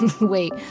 Wait